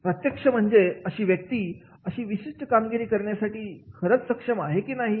प्रत्यक्ष म्हणजेच अशी व्यक्ती अशी विशिष्ट कामगिरी करण्यासाठी खरच सक्षम आहे की नाही